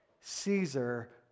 Caesar